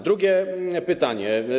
Drugie pytanie.